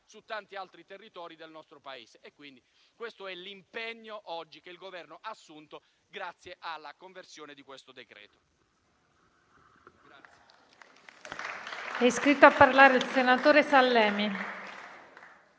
su tanti altri territori del nostro Paese. Questo è l'impegno che oggi il Governo ha assunto grazie alla conversione del decreto-legge